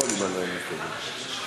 בוודאי, מותר בתקנון הכול.